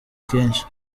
kenshi